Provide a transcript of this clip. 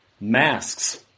masks